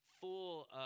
full